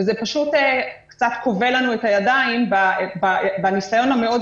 וזה פשוט קצת כובל לנו את הידיים בניסיון המאוד